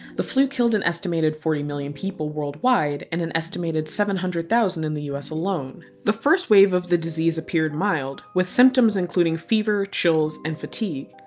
the flu killed an estimated forty million people worldwide and an estimated seven hundred thousand in the us alone. the first wave of the disease appeared mild, with symptoms including fever, chills and fatigue.